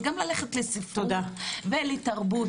וגם ללכת לספרות ולתרבות.